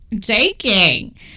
taking